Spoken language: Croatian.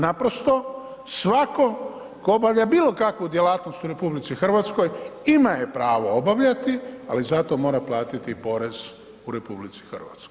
Naprosto svatko tko obavlja bilo kakvu djelatnost u RH ima je pravo obavljati, ali zato mora platiti porez u RH.